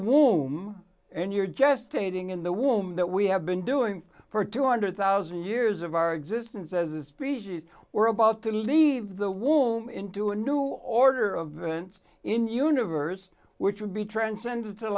womb and you're gestating in the womb that we have been doing for two hundred thousand years of our existence as a species we're about to leave the womb into a new order of events in universe which would be transcende